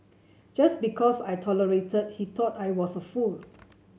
just because I tolerated he thought I was a fool